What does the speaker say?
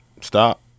stop